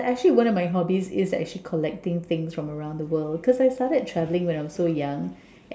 but actually one of my hobbies is actually collecting things from around the world because I started travelling when I was so young